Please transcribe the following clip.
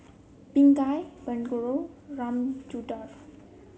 Pingali Bellur Ramchundra